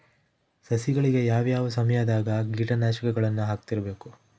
ಸಸಿಗಳಿಗೆ ಯಾವ ಯಾವ ಸಮಯದಾಗ ಕೇಟನಾಶಕಗಳನ್ನು ಹಾಕ್ತಿರಬೇಕು?